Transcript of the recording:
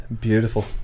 Beautiful